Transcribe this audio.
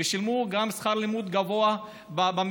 ושילמו גם שכר לימוד גבוה במכללות.